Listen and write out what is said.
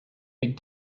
big